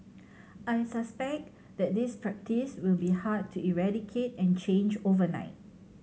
I suspect that this practice will be hard to eradicate and change overnight